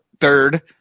third